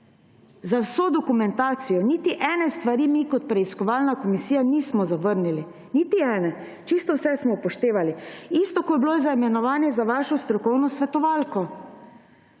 za vso dokumentacijo. Niti ene stvari mi kot preiskovalna komisija nismo zavrnili. Niti ene. Čisto vse smo upoštevali. Isto je bilo z imenovanjem vaše strokovne svetovalke.